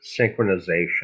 synchronization